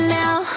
now